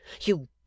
You